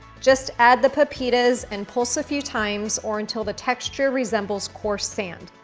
just add the pepitas and pulse a few times or until the texture resembles course sand.